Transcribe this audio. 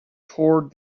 toward